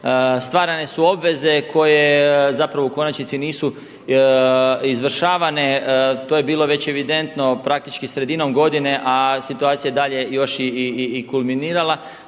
Stvarane su obveze koje zapravo u konačnici nisu izvršavane to je bilo već evidentno praktički sredinom godine a situacija je dalje još i kulminirala.